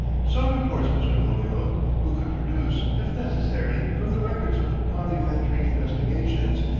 so reports mr. holyoake, who could produce, if necessary, from the records of parliamentary investigations,